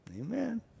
Amen